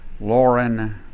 Lauren